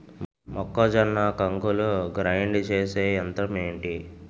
మొక్కజొన్న కంకులు గ్రైండ్ చేసే యంత్రం ఏంటి?